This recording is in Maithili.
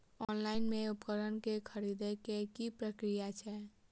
ऑनलाइन मे उपकरण केँ खरीदय केँ की प्रक्रिया छै?